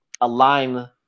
align